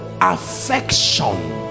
affection